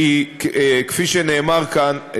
כפי שנאמר כאן,